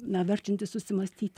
na verčiantis susimąstyti